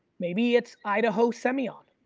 maybe it's idaho semillon,